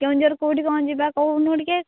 କେଉଁଝର କେଉଁଠି କ'ଣ ଯିବା କହୁନୁ ଟିକିଏ